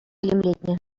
илемлетнӗ